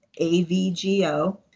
AVGO